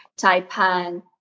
Taipan